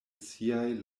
siaj